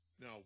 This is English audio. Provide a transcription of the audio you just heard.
Now